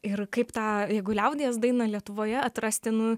ir kaip tą jeigu liaudies dainą lietuvoje atrasti nu